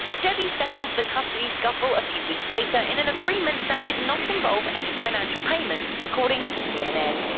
debbie settled the custody scuffle a few weeks later in an agreement that did not involve any financial payments, according to cnn.